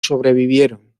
sobrevivieron